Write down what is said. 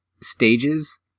stages